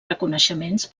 reconeixements